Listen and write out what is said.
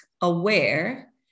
aware